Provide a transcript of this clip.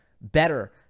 better